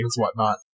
whatnot